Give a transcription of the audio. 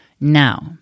Now